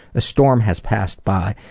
a storm has passed by,